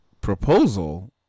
proposal